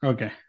Okay